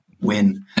win